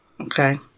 Okay